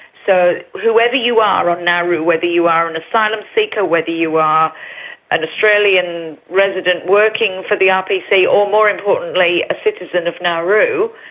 whoever you are on nauru, whether you are an asylum seeker, whether you are an australian resident working for the rpc or, more importantly, a citizen of nauru,